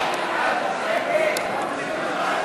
סיעת הרשימה המשותפת להביע אי-אמון